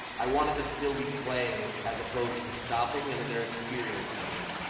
i want it to still be playing, as opposed to stopping and then their experience ends.